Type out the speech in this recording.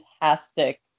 fantastic